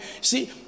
See